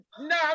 No